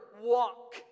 walk